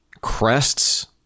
crests